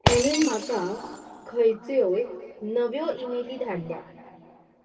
amine म्हाका खंयच्योय नव्यो इमेली धाडल्या